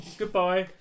goodbye